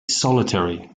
solitary